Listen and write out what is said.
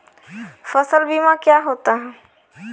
फसल बीमा क्या होता है?